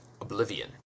oblivion